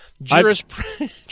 Jurisprudence